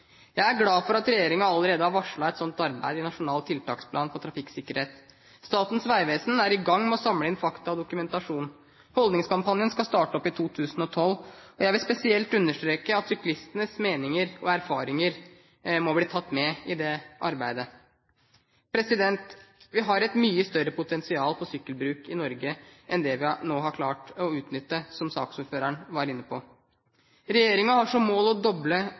Jeg er glad for at regjeringen allerede har varslet et sånt arbeid i Nasjonal tiltaksplan for trafikksikkerhet. Statens vegvesen er i gang med å samle inn fakta og dokumentasjon. Holdningskampanjen skal starte opp i 2012. Jeg vil spesielt understreke at syklistenes meninger og erfaringer må bli tatt med i det arbeidet. Vi har et mye større potensial for sykkelbruk i Norge enn det vi nå har klart å utnytte, som saksordføreren var inne på. Regjeringen har som mål å doble